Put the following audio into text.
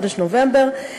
בחודש נובמבר,